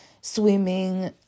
Swimming